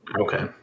Okay